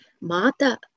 mata